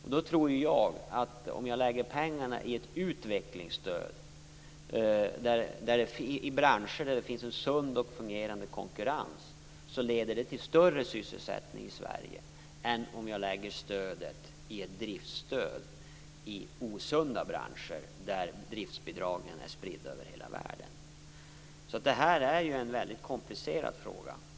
Jag tror ju att om jag lägger pengarna i ett utvecklingsstöd, i branscher där det finns en sund och fungerande konkurrens, leder det till större sysselsättning i Sverige än om jag lägger pengarna i ett driftsstöd i osunda branscher, där driftsbidragen är spridda över hela världen. Det här är en mycket komplicerad fråga.